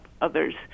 others